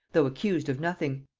though accused of nothing.